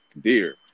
dear